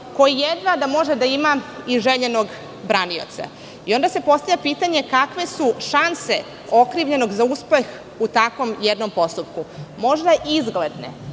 koji jedva može da ima željenog branioca. Postavlja se pitanje – kakve su šanse okrivljenog za uspeh u takvom jednom postupku? Možda izgledne,